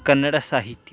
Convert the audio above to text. Kannada Sahitya